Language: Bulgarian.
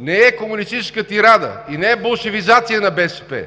не е комунистическа тирада и не е болшевизация на БСП,